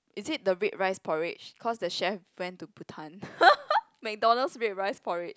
is it the red rice porridge cause the chef went to Bhutan McDonald's red rice porridge